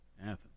Athens